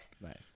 Nice